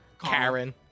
Karen